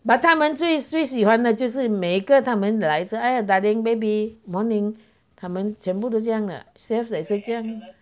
but 他们最最喜欢的就是每个他们来的时候 eh daring baby morning 他们全部都这样的 sale 也是这样